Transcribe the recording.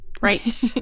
Right